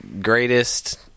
greatest